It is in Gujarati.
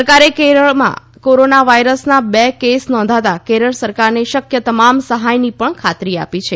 સરકારે કેરળમાં કોરોના વાયરસના બે કેસ નોંધાતા કેરળ સરકારને શક્ય તમામ સહાયની પણ ખાતરી આપી છે